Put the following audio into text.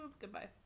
Goodbye